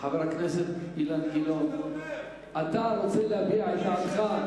חבר הכנסת אילן גילאון, אתה רוצה להביע את דעתך?